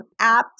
apps